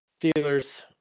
Steelers